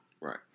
Right